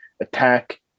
attack